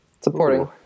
Supporting